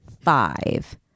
five